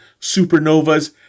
supernovas